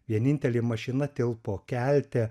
vienintelė mašina tilpo kelte